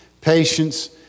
patience